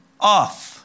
off